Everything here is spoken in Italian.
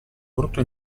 brutto